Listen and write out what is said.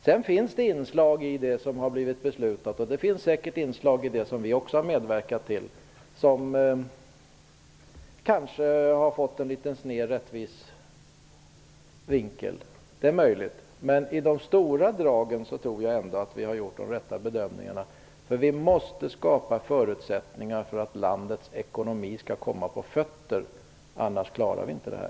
Sedan finns det inslag i det som har beslutats, och det finns säkert inslag i det som vi har medverkat till, som kanske har fått en litet sned rättvisevinkel. Det är möjligt, men i de stora dragen tror jag ändå att vi har gjort de rätta bedömningarna. Vi måste skapa förutsättningar för att landets ekonomi skall komma på fötter. Annars klarar vi inte detta.